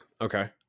Okay